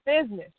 business